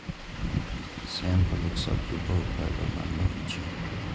सेम फलीक सब्जी बहुत फायदेमंद होइ छै